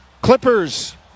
Clippers